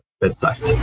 bedside